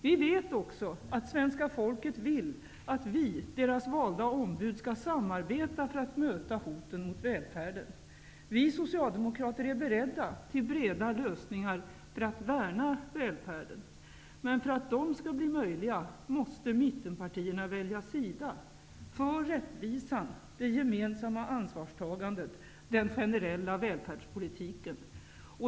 Vi vet också att svenska folket vill att vi, deras valda ombud, skall samarbeta för att möta hoten mot välfärden. Vi socialdemokrater är beredd till breda lösningar för att värna välfärden. Men för att de skall bli möjliga måste mittenpartierna välja sida för rättvisan, det gemensamma ansvars tagandet och den generella välfärdspolitiken.